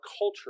culture